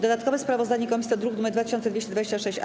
Dodatkowe sprawozdanie komisji to druk nr 2226-A.